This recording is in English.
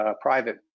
private